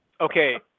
Okay